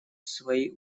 свои